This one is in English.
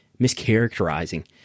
mischaracterizing